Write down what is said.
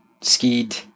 skied